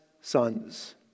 sons